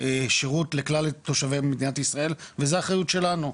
שירות לכלל תושבי מדינת ישראל וזה האחריות שלנו,